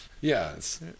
Yes